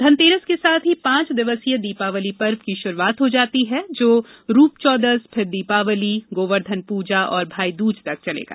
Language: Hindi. धनतेरस के साथ ही पांच दिवसीय दीपावली पर्व की श्रुआत हो जाती है जो रूपचौदस फिर दीपावली गोवर्धन पूजा तथा भाईदूज तक चलेगा